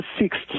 sixth